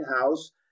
House